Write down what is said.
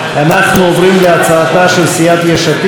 אנחנו עוברים להצעתה של סיעת יש עתיד: